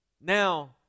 Now